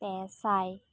ᱯᱮ ᱥᱟᱭ